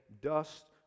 dust